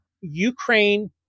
Ukraine